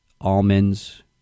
almonds